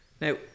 Now